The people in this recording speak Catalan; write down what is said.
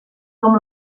com